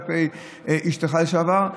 כלפי אשתו לשעבר,